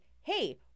Hey